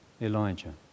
Elijah